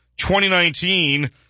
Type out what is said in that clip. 2019